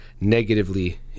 negatively